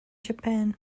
japan